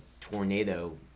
tornado